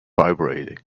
vibrating